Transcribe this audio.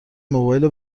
موبایل